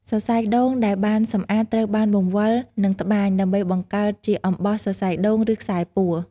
សរសៃដូងដែលបានសម្អាតត្រូវបាន បង្វិល និងត្បាញ ដើម្បីបង្កើតជាអំបោះសរសៃដូង ឬខ្សែពួរ។